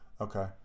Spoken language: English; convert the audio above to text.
okay